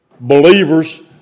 believers